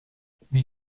die